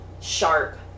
sharp